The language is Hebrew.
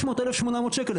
זה 1,800-1,600 שקל.